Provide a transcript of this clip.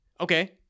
Okay